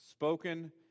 Spoken